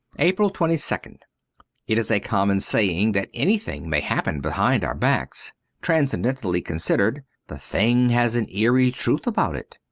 april twenty second it is a common saying that anything may happen behind our backs transcen dentally considered, the thing has an eerie truth about it.